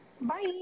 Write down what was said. Bye